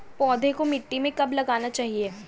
पौधे को मिट्टी में कब लगाना चाहिए?